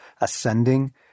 ascending